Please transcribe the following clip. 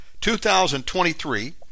2023